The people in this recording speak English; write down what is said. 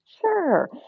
Sure